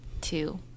two